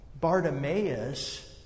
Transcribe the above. Bartimaeus